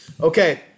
Okay